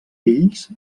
fills